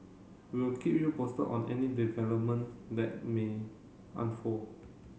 we'll keep you posted on any developments that may unfold